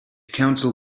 council